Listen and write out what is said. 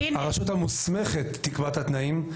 הרשות המוסמכת תקבע את התנאים.